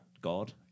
God